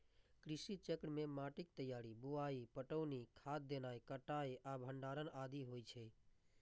कृषि चक्र मे माटिक तैयारी, बुआई, पटौनी, खाद देनाय, कटाइ आ भंडारण आदि होइ छै